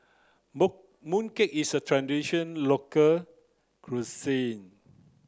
mooncake is a tradition local cuisine